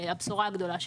וזוהי הבשורה הגדולה שלו.